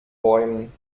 bäumen